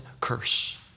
curse